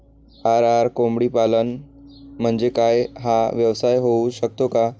RR कोंबडीपालन म्हणजे काय? हा व्यवसाय होऊ शकतो का?